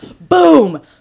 boom